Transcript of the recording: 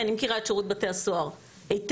אני מכירה את שירות בתי הסוהר היטב,